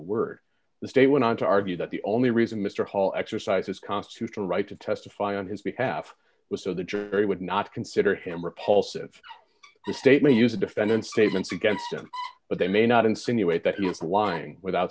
word the state went on to argue that the only reason mr hall exercised his constitutional right to testify on his behalf was so the jury would not consider him repulsive the state may use the defendant's statements against him but they may not insinuate that he was lying without